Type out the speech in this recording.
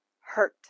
hurt